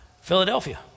Philadelphia